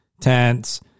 tents